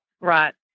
Right